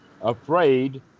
afraid